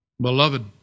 beloved